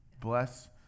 Bless